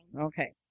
Okay